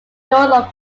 north